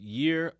year